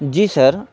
جی سر